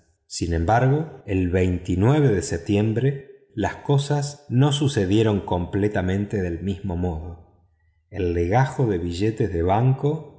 sin embargo el de septiembre las cosas no sucedieron completamente del mismo modo el legajo de billetes de banco